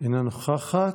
אינה נוכחת.